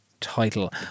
title